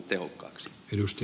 arvoisa puhemies